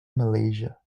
malaysia